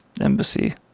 embassy